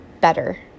better